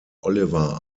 oliver